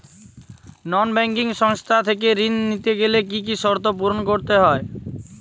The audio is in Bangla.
নন ব্যাঙ্কিং সংস্থা থেকে ঋণ নিতে গেলে কি কি শর্ত পূরণ করতে হয়?